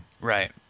Right